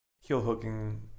heel-hooking